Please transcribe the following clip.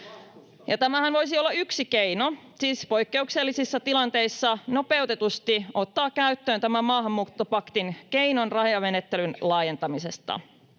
tämähän voisi olla yksi keino, siis poikkeuksellisissa tilanteissa nopeutetusti ottaa käyttöön tämä maahanmuuttopaktin keino rajamenettelyn laajentamisesta.